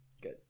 Good